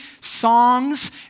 songs